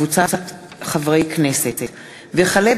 דב חנין,